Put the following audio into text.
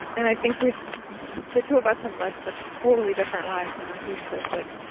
and i think we've the two of us have led such totally different lives. you know, he's this, like,